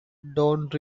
don’t